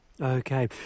Okay